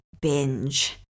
binge